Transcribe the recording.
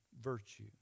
virtue